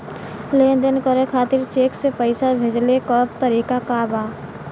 लेन देन करे खातिर चेंक से पैसा भेजेले क तरीकाका बा?